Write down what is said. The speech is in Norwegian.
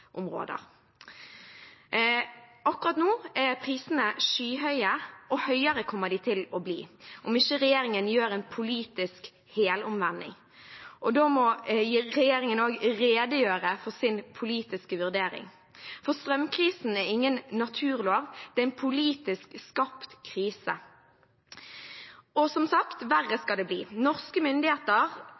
Akkurat nå er prisene skyhøye, og høyere kommer de til å bli om ikke regjeringen gjør en politisk helomvending. Da må regjeringen også redegjøre for sin politiske vurdering, for strømkrisen er ingen naturlov, det er en politisk skapt krise. Som sagt, verre skal det bli. Norske myndigheter